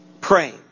praying